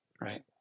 right